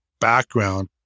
background